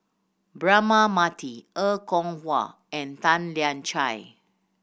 Braema Mathi Er Kwong Wah and Tan Lian Chye